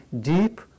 deep